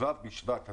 פעילות בתחום התחבורה),